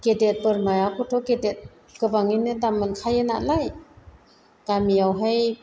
गेदेर बोरमाखौथ' गेदेर गोबाङैनो दाम मोनखायो नालाय गामियावहाय